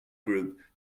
group